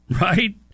right